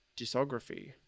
discography